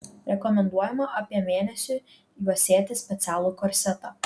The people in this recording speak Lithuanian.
rekomenduojama apie mėnesį juosėti specialų korsetą